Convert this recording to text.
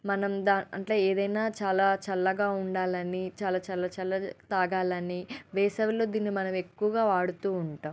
మనం దాంట్లో ఏదైనా చాలా చల్లగా ఉండాలని చాలా చల్ల చల్ల తాగాలని వేసవిలో దీన్ని మనం ఎక్కువగా వాడుతూ ఉంటాం